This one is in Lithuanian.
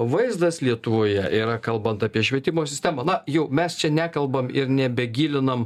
vaizdas lietuvoje yra kalbant apie švietimo sistemą na jau mes čia nekalbam ir nebegilinam